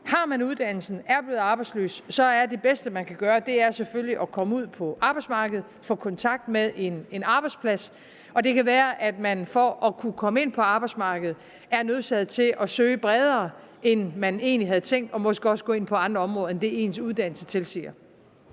har man uddannelsen, og er man blevet arbejdsløs, så er det bedste, man kan gøre, selvfølgelig at komme ud på arbejdsmarkedet, få kontakt med en arbejdsplads. Og det kan være, at man for at kunne komme ind på arbejdsmarkedet er nødsaget til at søge bredere, end man egentlig havde tænkt, og måske også at gå ind på andre områder end dem, ens uddannelse tilsiger.